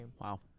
Wow